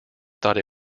thought